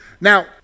Now